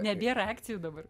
nebėra akcijų dabar